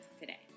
today